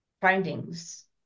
findings